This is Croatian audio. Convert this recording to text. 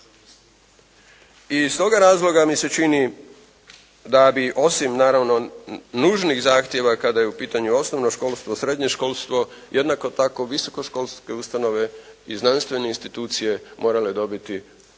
I iz toga razloga mi se čini da bi osim naravno nužnih zahtjeva kada je u pitanju osnovno školstvo, srednje školstvo, jednako tako visokoškolske ustanove i znanstvene institucije morale dobiti,